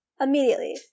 Immediately